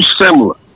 similar